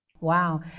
Wow